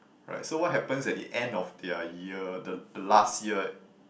right so what happens at the end of their year the the last year